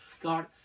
God